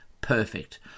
Perfect